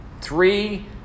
Three